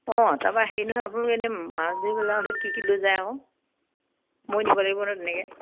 অঁ তাপা হেৰি নহয় আপোনালোক এনেই মাছ ধৰিবলৈ আহোতে কি কি লৈ যায় আকৌ মই নিব লাগিব ন তেনেকে